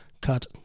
cut